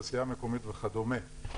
תעשיה מקומית וכדומה.